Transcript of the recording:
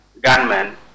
gunmen